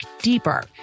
deeper